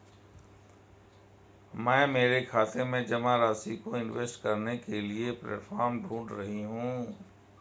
मैं मेरे खाते में जमा राशि को इन्वेस्ट करने के लिए प्लेटफॉर्म ढूंढ रही हूँ